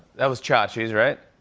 that was chachi's, right?